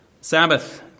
Sabbath